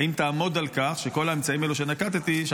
האם תעמוד על כך שכל האמצעים האלה שנקבתי בהם,